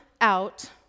out